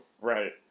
Right